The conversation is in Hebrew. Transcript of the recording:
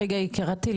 רגע, יקירתי.